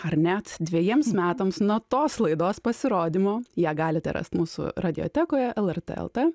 ar net dvejiems metams nuo tos laidos pasirodymo ją galite rast mūsų radiotekoje lrt lt